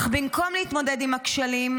אך במקום להתמודד עם הכשלים,